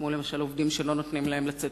כמו למשל עובדים שלא נותנים להם לצאת